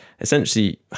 essentially